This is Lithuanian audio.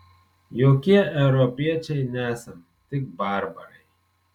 jokie europiečiai nesam tik barbarai